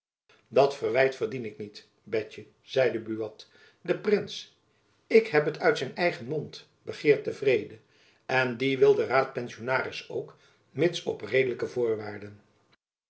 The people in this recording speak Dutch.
dat verwijt verdien ik niet betjen zeide buat de prins ik heb het uit zijn eigen mond begeert den vrede en dien wil de raadpensionaris ook mids op redelijke voorwaarden